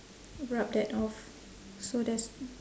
rub that off so there's